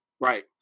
Right